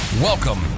Welcome